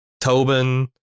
Tobin